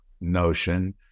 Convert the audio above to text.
notion